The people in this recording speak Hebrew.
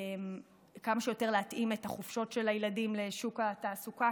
כמה שיותר להתאים את החופשות של הילדים לשוק התעסוקה,